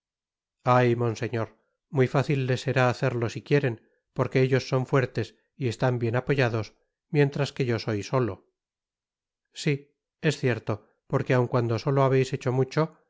ay monseñor muy fácil les será hacerlo si quieren porque ellos son fuertes y están bien apoyados mientras que yo soy solo sí es cierto porque aun cuando solo habeis hecho mucho